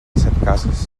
setcases